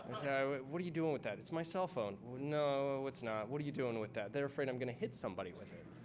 so what are you doing with that? it's my cell phone. no, it's not. what are you doing with that? they're afraid i'm going to hit somebody with it,